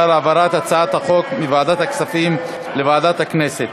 העברת הצעות החוק מוועדת הכספים לוועדת הכנסת.